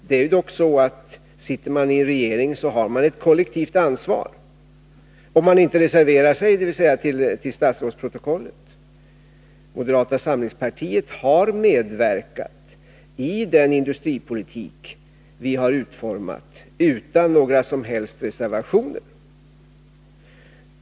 Men sitter man i regeringen, så har man ett kollektivt ansvar, om man inte reserverar sig till statsrådsprotokollet. Moderata samlingspartiet har medverkat i den industripolitik vi har utformat utan några som helst reservationer.